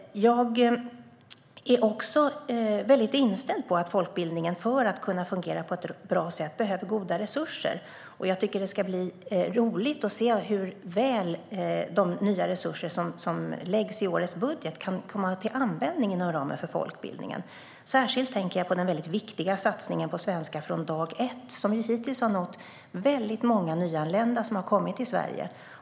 Jag är också inställd på att folkbildningen, för att kunna fungera på ett bra sätt, behöver goda resurser. Det ska bli roligt att se hur väl de nya resurserna i årets budget kan komma till användning inom ramen för folkbildningen. Särskilt tänker jag på den viktiga satsningen på Svenska från dag ett, som hittills har nått väldigt många nyanlända som har kommit till Sverige.